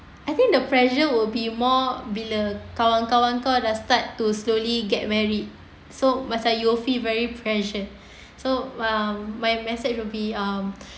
I think the pressure will be more bila kawan-kawan kau dah start to slowly get married so macam you'll feel very pressured so um my message would be um